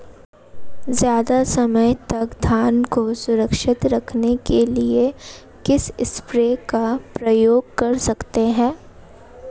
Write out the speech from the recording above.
ज़्यादा समय तक धान को सुरक्षित रखने के लिए किस स्प्रे का प्रयोग कर सकते हैं?